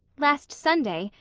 last sunday,